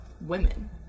women